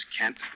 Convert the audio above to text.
Kent